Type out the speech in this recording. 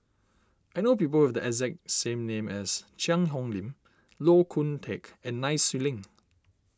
I know people who have the exact same name as Cheang Hong Lim Koh Hoon Teck and Nai Swee Leng